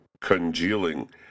congealing